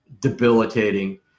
debilitating